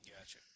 gotcha